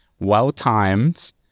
well-timed